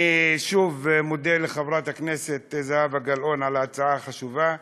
אני שוב מודה לחברת הכנסת זהבה גלאון על ההצעה החשובה,